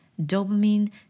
dopamine